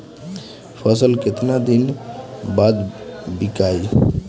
फसल केतना दिन बाद विकाई?